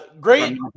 great